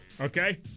okay